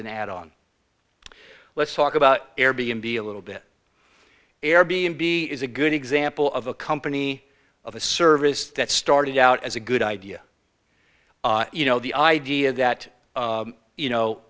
an add on let's talk about air b n b a little bit air b and b is a good example of a company of a service that started out as a good idea you know the idea that you know